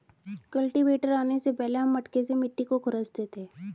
cultivator आने से पहले हम मटके से मिट्टी को खुरंचते थे